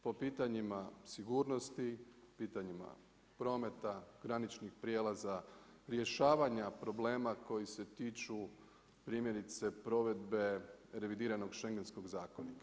Po pitanjima sigurnosti, pitanjima prometa, graničnih prijelaza, rješavanja problema koji se tiču primjerice provedbe revidiranog Schengenskog zakonika.